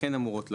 כן אמורות לחול,